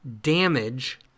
damage